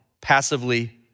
passively